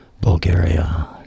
Bulgaria